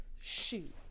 Shoot